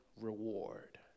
reward